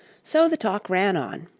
so the talk ran on,